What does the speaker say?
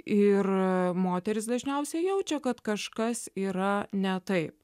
ir moterys dažniausiai jaučia kad kažkas yra ne taip